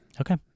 Okay